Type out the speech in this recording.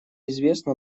известно